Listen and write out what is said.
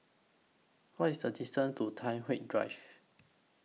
What IS The distance to Tai Hwan Drive